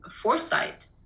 foresight